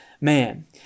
man